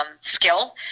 skill